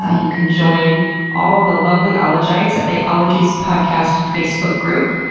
ah you can join all the lovely ologites at the ologies podcast facebook group.